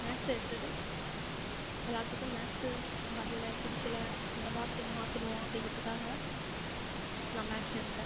maths எடுத்தது எல்லாத்துக்கும் maths வரல பிடிக்கல அந்த வார்த்தையை மாற்றனும் அப்படிங்குறதுக்காக நான் மேக்ஸ் எடுத்தேன்